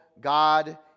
God